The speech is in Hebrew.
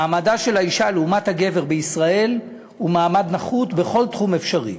מעמדה של האישה לעומת הגבר בישראל הוא מעמד נחות בכל תחום אפשרי,